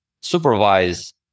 supervise